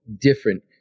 different